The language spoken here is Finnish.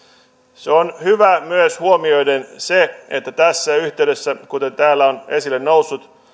se on hyvä myös huomioiden sen että tässä yhteydessä kuten täällä on esille noussut